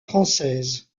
française